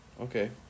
Okay